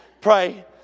pray